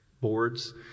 boards